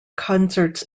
concerts